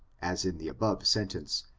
as in the above sentence,